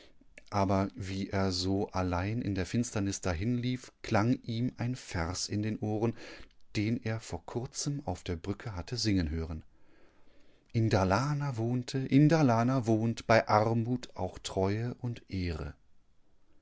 aber wie er so allein in der finsternis dahinlief klang ihm ein vers in den ohren den er vor kurzem auf der brücke hatte singen hören in dalarna wohnte in dalarna wohnt bei armut auch treue und ehre